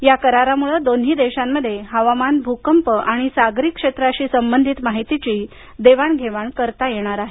या करारामुळे दोन्ही देशांमध्ये हवामान भूकंप आणि सागरी क्षेत्राशी संबंधित माहितीची देवाण घेवाण करता येणार आहे